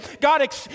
God